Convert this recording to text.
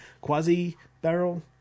quasi-barrel